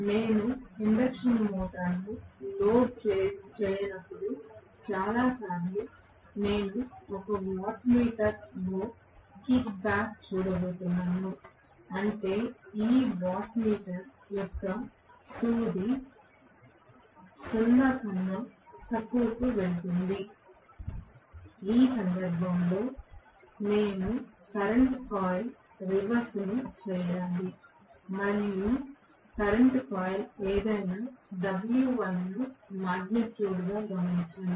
నేను ఇండక్షన్ మోటారును లోడ్ చేయనప్పుడు చాలా సార్లు నేను ఒక వాట్ మీటర్ లో కిక్ బ్యాక్ చూడబోతున్నాను అంటే ఈ వాట్ మీటర్ యొక్క సూది 0 కన్నా తక్కువకు వెళుతుంది ఈ సందర్భంలో నేను కరెంట్ కాయిల్ రివర్స్ చేయాలి మరియు కరెంట్ కాయిల్ ఏమైనా W1 ను మాగ్నిట్యూడ్ గా గమనించండి